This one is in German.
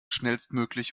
schnellstmöglich